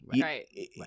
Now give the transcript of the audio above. Right